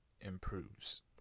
improves